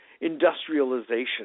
industrialization